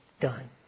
done